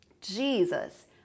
Jesus